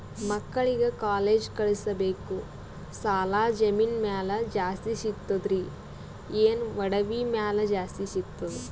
ಮಕ್ಕಳಿಗ ಕಾಲೇಜ್ ಕಳಸಬೇಕು, ಸಾಲ ಜಮೀನ ಮ್ಯಾಲ ಜಾಸ್ತಿ ಸಿಗ್ತದ್ರಿ, ಏನ ಒಡವಿ ಮ್ಯಾಲ ಜಾಸ್ತಿ ಸಿಗತದ?